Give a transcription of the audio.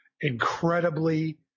incredibly